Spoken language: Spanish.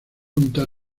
punta